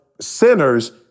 sinners